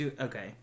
Okay